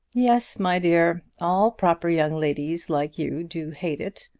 yes, my dear all proper young ladies like you do hate it.